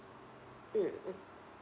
mm